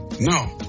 No